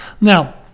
now